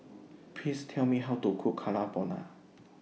Please Tell Me How to Cook Carbonara